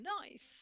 nice